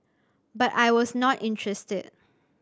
but I was not interested